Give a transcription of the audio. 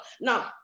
Now